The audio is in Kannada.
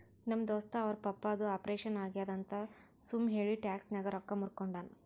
ನಮ್ ದೋಸ್ತ ಅವ್ರ ಪಪ್ಪಾದು ಆಪರೇಷನ್ ಆಗ್ಯಾದ್ ಅಂತ್ ಸುಮ್ ಹೇಳಿ ಟ್ಯಾಕ್ಸ್ ನಾಗ್ ರೊಕ್ಕಾ ಮೂರ್ಕೊಂಡಾನ್